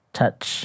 touch